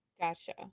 gotcha